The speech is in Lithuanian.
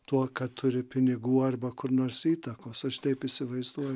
tuo kad turi pinigų arba kur nors įtakos aš taip įsivaizduoju